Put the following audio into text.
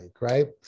right